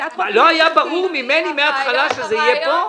לא היה ברור ממני מהתחלה שזה יהיה פה?